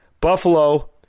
Buffalo